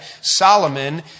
Solomon